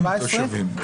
גם תושבים.